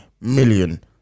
million